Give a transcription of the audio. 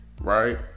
right